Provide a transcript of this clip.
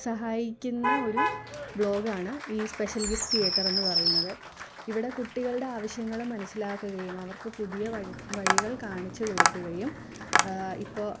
സഹായിക്കുന്ന ഒരു ബ്ലോഗാണ് ഈ സ്പെഷ്യൽ ഗിഫ്റ്റ് തിയേറ്ററെന്നു പറയുന്നത് ഇവിടെ കുട്ടികളുടെ ആവശ്യങ്ങൾ മനസ്സിലാക്കുകയും അവർക്കു പുതിയ വഴി വഴികൾ കാണിച്ചു കൊടുക്കുകയും ഇപ്പോൾ